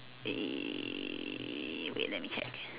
eh wait let me check